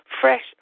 Fresh